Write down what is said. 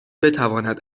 بتواند